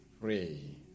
pray